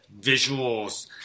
visuals